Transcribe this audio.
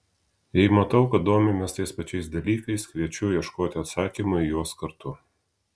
jei matau kad domimės tais pačiais dalykais kviečiu ieškoti atsakymo į juos kartu